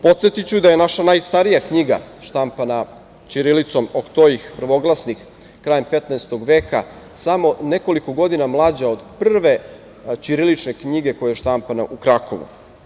Podsetiću da je naša najstarija knjiga štampana ćirilicom „Oktoih Prvoglasnik“ krajem 15. veka samo nekoliko godina mlađa od prve ćirilične knjige koja je štampana u Krakovu.